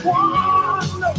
one